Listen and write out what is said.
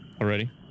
already